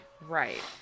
Right